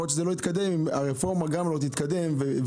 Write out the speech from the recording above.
יכול להיות שזה לא יתקדם אם הרפורמה גם לא תתקדם ותופסק.